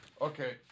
Okay